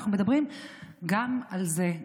אנחנו מדברים גם על זה,